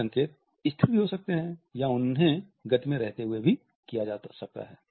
ये संकेत स्थिर भी हो सकते हैं या उन्हें गति में रहते हुए किया जा सकता है